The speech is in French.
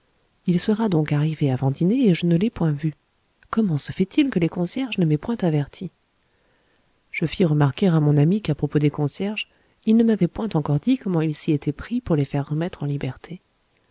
il sera donc arrivé avant dîner et je ne l'ai point vu comment se fait-il que les concierges ne m'aient point averti je fis remarquer à mon ami qu'à propos des concierges il ne m'avait point encore dit comment il s'y était pris pour les faire remettre en liberté